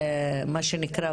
מה שנקרא,